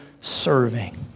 serving